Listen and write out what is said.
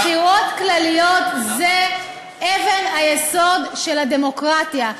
בחירות כלליות הן אבן היסוד של הדמוקרטיה.